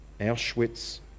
auschwitz